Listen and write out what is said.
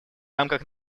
рамках